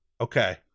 Okay